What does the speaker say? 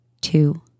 two